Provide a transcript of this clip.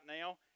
now